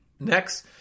Next